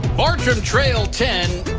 bartram trail ten.